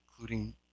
including